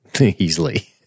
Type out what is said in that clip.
easily